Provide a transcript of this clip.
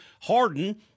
Harden